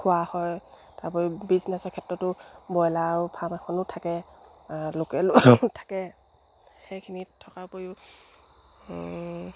খোৱা হয় তাৰপৰি বিজনেচৰ ক্ষেত্ৰতো ব্ৰইলাৰ আৰু ফাৰ্ম এখনো থাকে লোকেলো থাকে সেইখিনিত থকাৰ উপৰিও